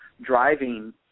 driving